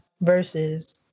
versus